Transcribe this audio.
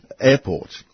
airport